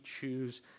choose